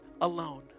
alone